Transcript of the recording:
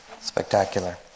Spectacular